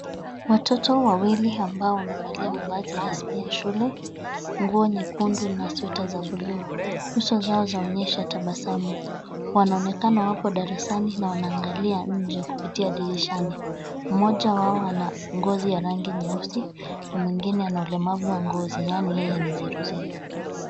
Watoto wawili ambao wamevalia mavazi rasmi ya shule. Nguo nyekundu na sweta za bluu, nyuso zao zaonyesha tabasamu. Wanaonekana wapo darasani na wanaangalia nje kupitia dirishani. Mmoja wao ana ngozi ya rangi nyeusi na mwingine ana ulemavu wa ngozi yaani yeye ni zeruzeru.